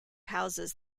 houses